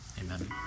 Amen